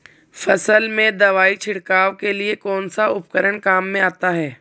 फसल में दवाई छिड़काव के लिए कौनसा उपकरण काम में आता है?